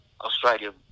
Australia